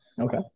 Okay